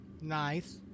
Nice